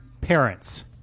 parents